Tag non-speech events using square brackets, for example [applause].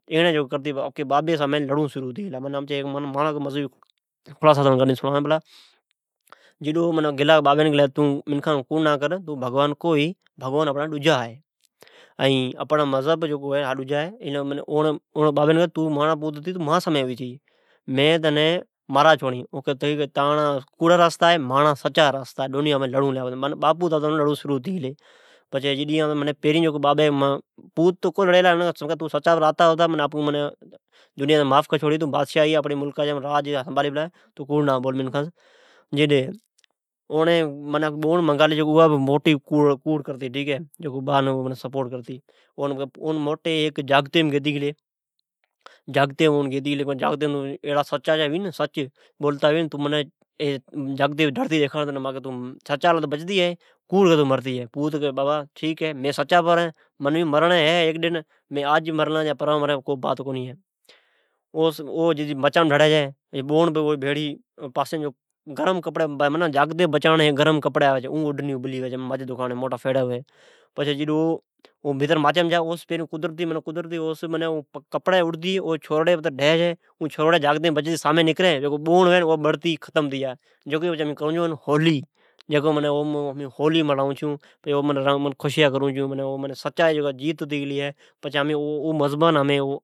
آپکی بابی سامیں لڑوں لاگلا [unintelligible] ایڑین کیلے بابا رگا کوڑ پلا کری ۔ ماجی استادی تو سنڑالا تو بگوان ڈجا ھے بابا کوڑ پلا کری تو ھا آپکے بابے سے لڑون شرو ع ھتی گلا کیلے تو آپڑا بگوان تو دجا ھے بابے کیلے تو مانجا پوت ھتے مان سامے ھوی تو پوتے کولے تو تاڑا کوڑا جا راستا ہے مانجان سچا جا راستا ھے ۔ باپوت اپتم لڑون سروع ھتی گلی ۔ تو پوتی کیلے تو بادشاہ ھی تنی دنیا معاف کر چھوڑی ۔بابی آپکی بوڑ مگالی جکو اوا بادشاہ جی پاسی ھتی جڈ این ھیک موٹا مچ بارلا این این چھرکرون کیلی تو ایڑا سچا ھی تو ایے مچا مئین ڈڑ ۔ پوتے کلے ٹھک ھی مین آج مرڑینی یا پربھا مرڑنی ھے ۔ کو بات کنی پچھے ھا مچام ڈڑے تو بادشاہ جی بونڑ ھیک کپڑی اہڈنی بیلئ ھئی جون ھا مچام ڈری تو اون کپڑئ اڈتی اے متھے ڈی اللہ جی قدرتی س آلی اوس کرتی اون چھوکرو بچتی جا این ہولیکا جکو بونڑ اوا بڑتی ختم ھتی جا او چھے پچھی امی ہولی ملائون چھون این خشیا کرون چھون ائیں سچا جی جیت ھتی گلی ہے